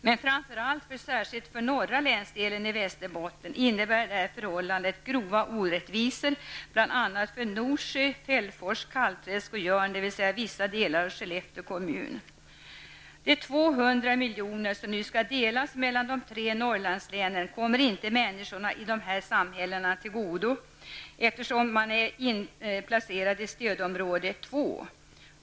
Men framför allt för norra länsdelen i Västerbotten innebär detta förhållande grova orättvisor, bl.a. för Norsjö, De 200 milj.kr. som nu skall delas mellan de tre Norrlandslänen kommer inte människorna i de nämnda samhällena till godo eftersom de är inplacerade i stödområde 2.